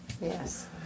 Yes